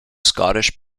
scottish